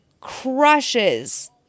crushes